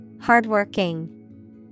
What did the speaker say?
Hardworking